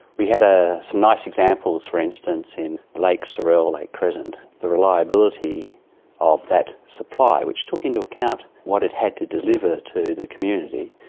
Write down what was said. we had ah some nice examples for instance in lake like sorell, lake crescent. the reliability of that supply, which took into account what it had to deliver to the community,